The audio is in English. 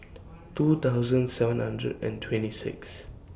two thousand seven hundred and twenty six